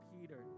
Peter